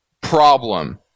problem